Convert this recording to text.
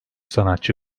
sanatçı